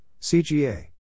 CGA